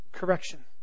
Correction